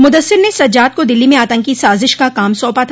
मुदस्सिर ने सज्जाद को दिल्ली में आतंकी साजिश का काम सौंपा था